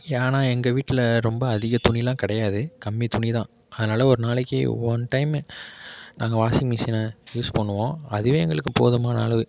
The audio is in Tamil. ஏன்னால் எங்கள் வீட்டில் ரொம்ப அதிக துணியெல்லாம் கிடையாது கம்மி துணிதான் அதனால் ஒரு நாளைக்கு ஒன் டைம் நாங்கள் வாஷிங் மிஷினை யூஸ் பண்ணுவோம் அதுவே எங்களுக்கு போதுமான அளவு